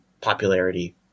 popularity